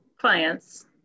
clients